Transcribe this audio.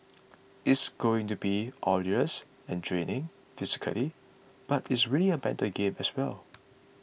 it's going to be arduous and draining physically but it's really a mental game as well